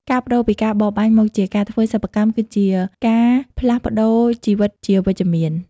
ការប្តូរពីការបរបាញ់មកជាការធ្វើសិប្បកម្ម គឺជាការផ្លាស់ប្តូរជីវិតជាវិជ្ជមាន។